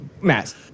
Mass